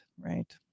Right